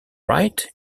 wright